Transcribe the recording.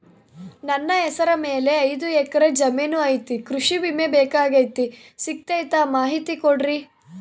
ನನ್ನ ಹೆಸರ ಮ್ಯಾಲೆ ಐದು ಎಕರೆ ಜಮೇನು ಐತಿ ಕೃಷಿ ವಿಮೆ ಬೇಕಾಗೈತಿ ಸಿಗ್ತೈತಾ ಮಾಹಿತಿ ಕೊಡ್ರಿ?